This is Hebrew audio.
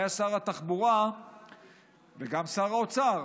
שהיה שר התחבורה וגם שר האוצר,